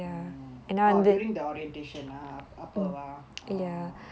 oh during the orientation ah அப்போவா:appovaa